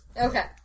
Okay